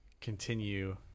continue